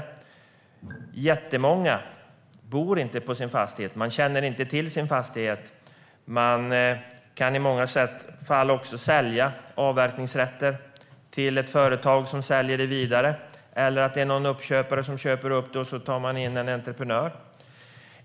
Väldigt många bor inte på sin fastighet och känner inte till den så noga. I många fall säljer de avverkningsrätter till företag, som i sin tur säljer dem vidare. Annars kanske någon uppköpare köper upp den och tar in en entreprenör.